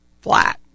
flat